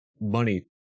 money